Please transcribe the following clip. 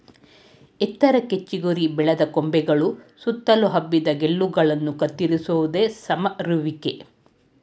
ಎತ್ತರಕ್ಕೆ ಚಿಗುರಿ ಬೆಳೆದ ಕೊಂಬೆಗಳು ಸುತ್ತಲು ಹಬ್ಬಿದ ಗೆಲ್ಲುಗಳನ್ನ ಕತ್ತರಿಸೋದೆ ಸಮರುವಿಕೆ